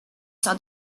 saw